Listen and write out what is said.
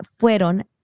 fueron